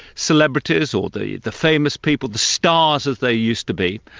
celebrities, or the the famous people, the stars as they used to be,